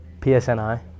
PSNI